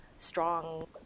strong